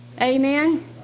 Amen